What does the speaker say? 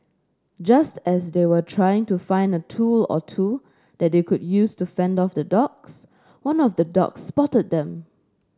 just as they were trying to find a tool or two that they could use to fend off the dogs one of the dogs spotted them